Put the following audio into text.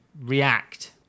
react